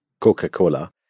Coca-Cola